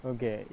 Okay